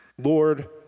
Lord